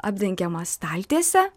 apdengiamas staltiese